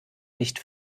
nicht